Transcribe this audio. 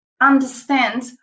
understand